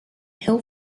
hill